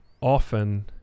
often